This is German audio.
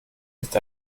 ist